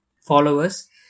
followers